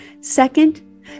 Second